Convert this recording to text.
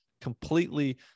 completely